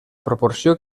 proporció